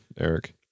Eric